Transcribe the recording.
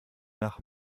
nach